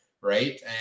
right